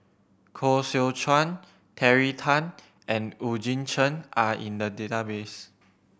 Koh Seow Chuan Terry Tan and Eugene Chen are in the database